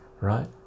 right